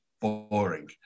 boring